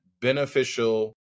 beneficial